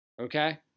Okay